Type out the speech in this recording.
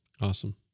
Awesome